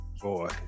boy